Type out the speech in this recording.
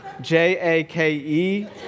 J-A-K-E